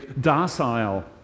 docile